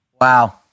wow